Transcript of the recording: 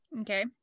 Okay